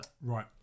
Right